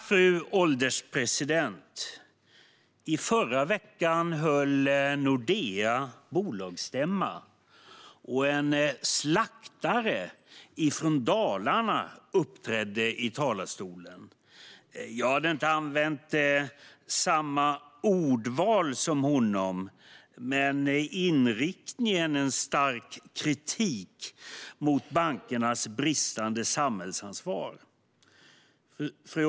Fru ålderspresident! I förra veckan höll Nordea bolagsstämma, och en slaktare från Dalarna uppträdde i talarstolen. Jag skulle inte ha använt samma ordval som han gjorde, men inriktningen - en stark kritik mot bankernas bristande samhällsansvar - håller jag med om.